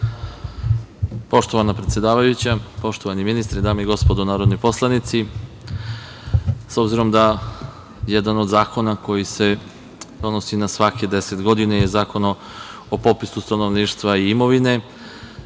Poštovana predsedavajuća, poštovani ministre, dame i gospodo narodni poslanici, jedan od zakona koji se donosi na svakih deset godina je Zakon o popisu stanovništva i imovine.